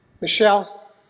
Michelle